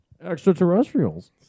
extraterrestrials